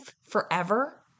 forever